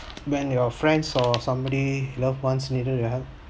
when your friends or somebody loved ones needed your help